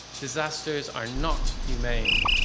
disasters are not humane.